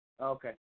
Okay